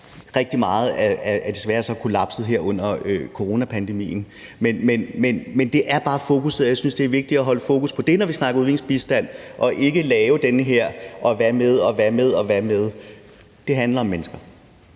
Rigtig meget er så desværre kollapset her under coronapandemien, men det er bare fokusset, og jeg synes, det er vigtigt at holde fokus på det, når vi snakker udviklingsbistand, og ikke at lave den her med: Hvad med det, og hvad med det? Det handler om mennesker.